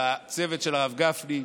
לצוות של הרב גפני,